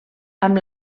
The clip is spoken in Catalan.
amb